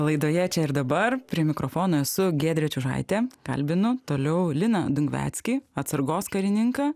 laidoje čia ir dabar prie mikrofono esu giedrė čiužaitė kalbinu toliau liną dungveckį atsargos karininką